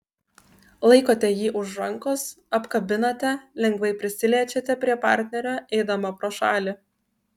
laikote jį už rankos apkabinate lengvai prisiliečiate prie partnerio eidama pro šalį